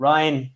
Ryan